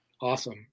Awesome